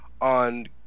on